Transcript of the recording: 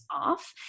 off